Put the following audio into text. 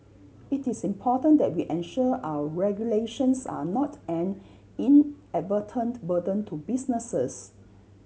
it is important that we ensure our regulations are not an inadvertent burden to businesses